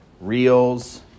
reels